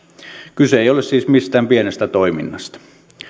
kyse ei ei ole siis mistään pienestä toiminnasta